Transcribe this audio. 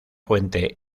fuente